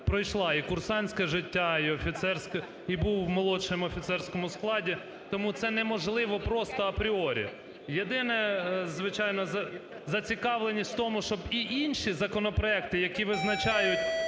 пройшла і курсантське життя, і офіцерське, і був в молодшому офіцерському складі, тому це неможливо просто апріорі. Єдине, звичайно, зацікавленість в тому, щоб і інші законопроекти, які визначають